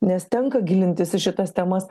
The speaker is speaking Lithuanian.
nes tenka gilintis į šitas temas